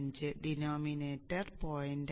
5 denominator 0